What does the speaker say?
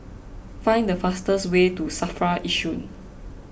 find the fastest way to Safra Yishun